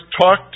talked